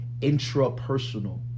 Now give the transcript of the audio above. intrapersonal